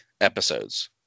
episodes